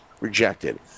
Rejected